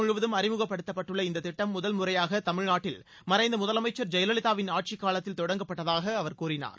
முழுவதும் அழிமுகப்படுத்தப்பட்டுள்ள இந்த திட்டம் முதன்முறையாக தமிழ்நாட்டில் மறைந்த நாடு முதலமைச்சர் ஜெயலலிதாவின் ஆட்சிக் காலத்தில் தொடங்கப்பட்டதாக அவர் கூறினார்